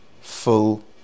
full